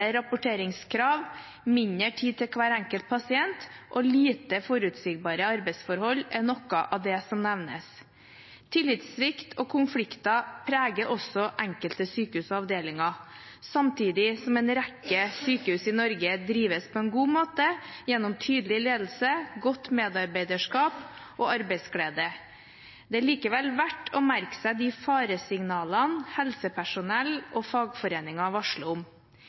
rapporteringskrav, mindre tid til hver enkelt pasient og lite forutsigbare arbeidsforhold er noe av det som nevnes. Tillitssvikt og konflikter preger også enkelte sykehus og avdelinger, samtidig som en rekke sykehus i Norge drives på en god måte gjennom tydelig ledelse, godt medarbeiderskap og arbeidsglede. Det er likevel verdt å merke seg de faresignalene helsepersonell og fagforeninger varsler om.